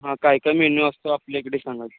हां काय काय मेन्यू असतो आपल्या इकडे सांगा